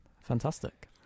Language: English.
fantastic